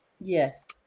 Yes